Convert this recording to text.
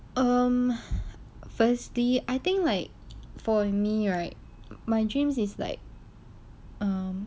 um firstly I think like for me right my dreams is like um